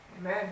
Amen